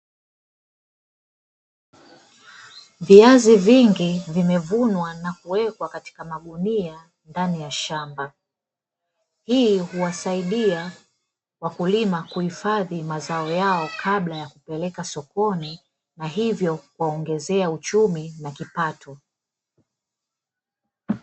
Viazi vingi vimevunwa na kuwekwa katika magunia ndani ya shamba, hii huwasaidia wakulima kuhifadhi mazao yao kabla ya kupeleka sokoni na hivyo kuwaongezea uchumi na kipato.